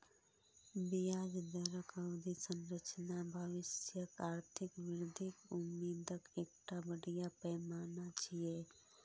ब्याज दरक अवधि संरचना भविष्यक आर्थिक वृद्धिक उम्मीदक एकटा बढ़िया पैमाना छियै